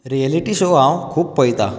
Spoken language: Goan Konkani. रियलिटी शो हांव खूब पळयता